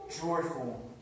joyful